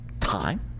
time